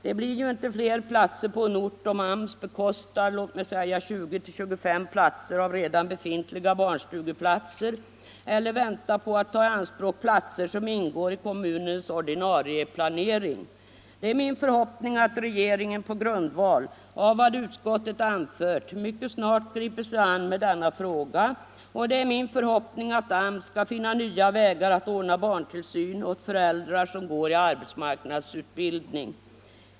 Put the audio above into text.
Det blir ju inte fler platser på en ort om AMS bekostar låt mig säga 20-25 platser av redan befintliga barnstugeplatser eller väntar på att ta i anspråk platser som ingår i kommunens ordinarie planering. Det är min förhoppning att regeringen på grundval av vad utskottet anfört mycket snart griper sig an med denna fråga, och det är även min förhoppning att AMS skall finna nya vägar att ordna barntillsyn åt föräldrar som går i arbetsmarknadsutbildning.